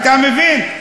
אתה מבין?